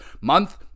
month